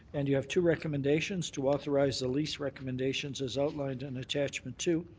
and you have two recommendations to authorize the lease recommendations as outlined in attachment two.